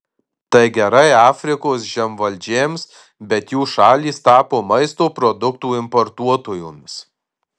tai gerai afrikos žemvaldžiams bet jų šalys tapo maisto produktų importuotojomis